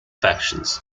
factions